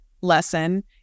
lesson